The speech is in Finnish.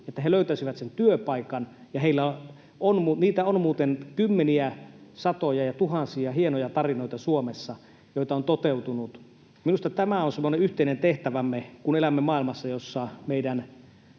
jotta he löytäisivät sen työpaikan. Niitä on muuten Suomessa kymmeniä, satoja ja tuhansia hienoja tarinoita, joita on toteutunut. Minusta tämä on semmoinen yhteinen tehtävämme, kun elämme maailmassa, jossa meidän